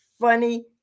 Funny